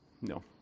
No